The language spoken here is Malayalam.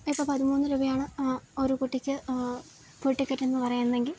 ഇപ്പം പതിമൂന്ന് രൂപയാണ് ഒരു കുട്ടിക്ക് ഫുൾ ടിക്കറ്റ് എന്നു പറയുന്നെങ്കിൽ